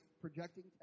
projecting